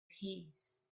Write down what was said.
peace